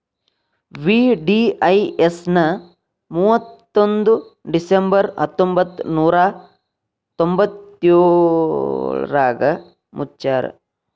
VDIS ನ ಮುವತ್ತೊಂದ್ December ಹತ್ತೊಂಬತ್ ನೂರಾ ತೊಂಬತ್ತಯೋಳ್ರಾಗ ಮುಚ್ಚ್ಯಾರ